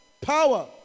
power